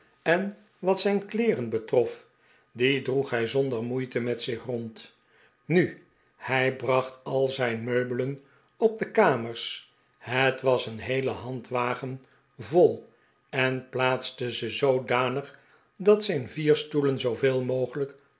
en wat zijn kleeren betrof die droeg hij zonder moeite met zich rond nu hij bracht al zijn meubelen op de kamers het was een heele handwagen vol en plaatste ze zoodanig dat zijn vier stoelen zooveel mogelijk